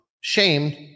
shamed